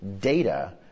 data